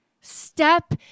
Step